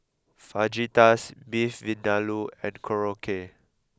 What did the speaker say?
Fajitas Beef Vindaloo and Korokke